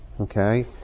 Okay